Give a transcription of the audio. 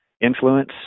influence